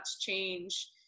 change